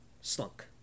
slunk